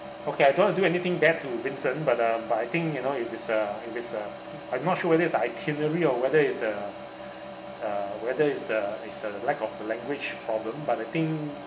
okay I don't want to do anything bad to vincent but uh but I think you know if it's a if it's a I'm not sure whether is the itinerary or whether is the uh whether is the is a lack of the language problem but I think